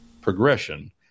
progression